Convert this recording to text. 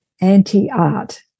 anti-art